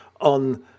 on